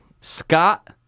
Scott